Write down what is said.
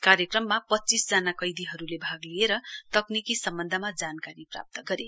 कार्यक्रममा पच्चीस जना कैदीहरूले भाग लिएर तकनिकी सम्बन्धमा जानकारी प्राप्त गरे